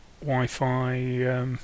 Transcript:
Wi-Fi